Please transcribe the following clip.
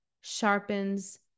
sharpens